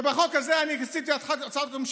ובחוק הזה אני עשיתי הצעת חוק ממשלתית,